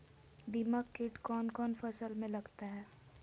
दीमक किट कौन कौन फसल में लगता है?